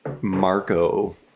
Marco